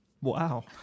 Wow